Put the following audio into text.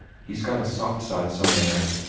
he's got a soft side somewhere.